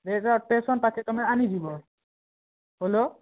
ରେଦା station ପାଖକେ ତମେ ଆଣିଯିବ ହ୍ୟାଲୋ